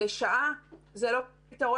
לשעה, זה לא פתרון.